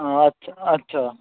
আচ্ছা আচ্ছা